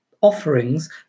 offerings